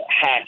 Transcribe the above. hack